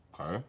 Okay